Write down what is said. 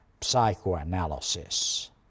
psychoanalysis